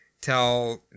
tell